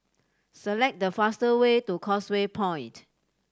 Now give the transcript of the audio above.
select the faster way to Causeway Point